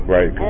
Right